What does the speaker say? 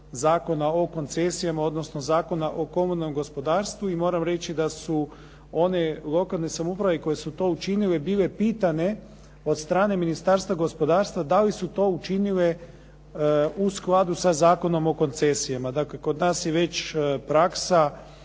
Zakona o koncesijama odnosno Zakona o komunalnom gospodarstvu i moram reći da su one lokalne samouprave koje su to učinile bile pitane od strane Ministarstva gospodarstva da li su to učinile u skladu sa Zakonom o koncesijama? Dakle, kod nas je već praksa